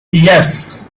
yes